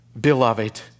beloved